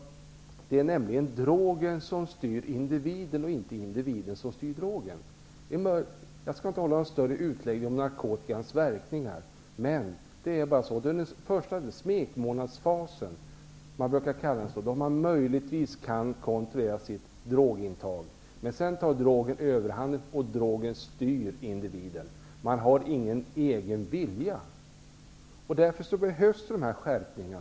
Det är nämligen drogen som styr individen och inte tvärtom. Jag skall inte hålla någon större utläggning om narkotikans verkningar, men det är först en smekmånadsfas -- man brukar kalla den så -- då man möjligtvis kan kontrollera sitt drogintag. Men sedan tar drogen överhand och styr individen. Man har ingen egen vilja. Därför behövs dessa skärpningar.